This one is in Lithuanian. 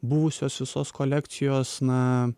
buvusios visos kolekcijos na